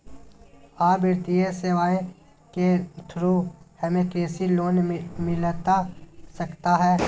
आ वित्तीय सेवाएं के थ्रू हमें कृषि लोन मिलता सकता है?